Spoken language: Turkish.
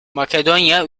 makedonya